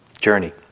journey